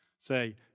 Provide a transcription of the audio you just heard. Say